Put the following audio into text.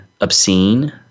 obscene